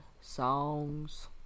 songs